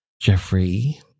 Jeffrey